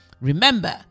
Remember